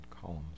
columns